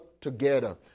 together